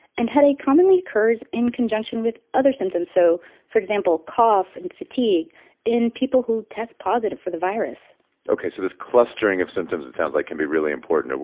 and headache commonly occurs in conjunction with other symptoms so for example, cough and fatigue in people who test positive for the virus ok. so this clustering of symptoms, it sounds like, can be really important.